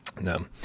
No